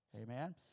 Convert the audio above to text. Amen